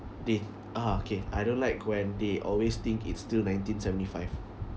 they ah okay I don't like when they always think it's still nineteen seventy five